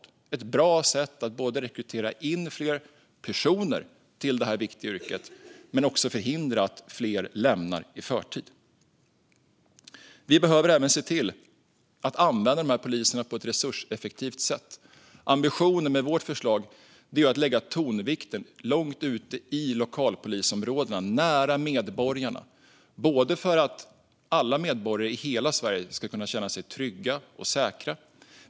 Det är ett bra sätt att både rekrytera fler personer till detta viktiga yrke och förhindra att fler lämnar det i förtid. Vi behöver även se till att använda poliserna på ett resurseffektivt sätt. Ambitionen med vårt förslag är att lägga tonvikten långt ute i lokalpolisområdena, nära medborgarna. Det gör vi för att alla medborgare i hela Sverige ska kunna känna sig trygga och säkra.